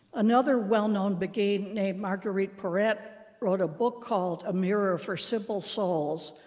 another well-known beguine named marguerite porete wrote a book called a mirror for simple souls,